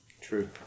True